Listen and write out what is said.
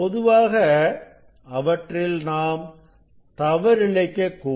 பொதுவாக அவற்றில் நாம் தவறிழைக்க கூடும்